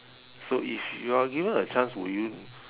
so if you are given a chance would you